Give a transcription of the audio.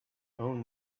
own